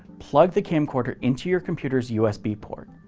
plug the camcorder into your computer's usb port.